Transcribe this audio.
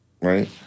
Right